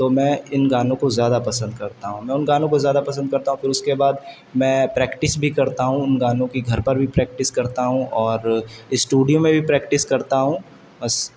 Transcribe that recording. تو میں ان گانوں کو زیادہ پسند کرتا ہوں میں ان گانوں کو زیادہ پسند کرتا ہوں پھر اس کے بعد میں پریکٹس بھی کرتا ہوں ان گانوں کی گھر پر بھی پریکٹس کرتا ہوں اور اسٹوڈیو میں بھی پریکٹس کرتا ہوں بس